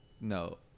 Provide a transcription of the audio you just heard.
no